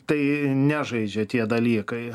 tai nežaidžia tie dalykai